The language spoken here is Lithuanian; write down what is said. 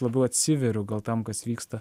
labiau atsiveriu gal tam kas vyksta